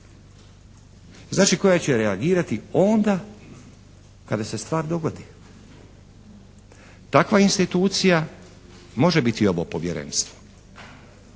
Znači, koja će reagirati onda kada se stvar dogodi. Takva institucija može biti ovo Povjerenstvo.